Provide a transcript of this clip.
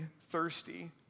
thirsty